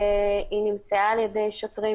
היא נמצאה על-ידי שוטרים.